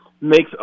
makes